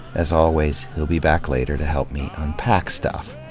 as always, he'll be back later to help me unpack stuff.